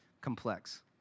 complex